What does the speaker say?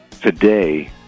today